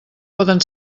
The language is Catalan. poden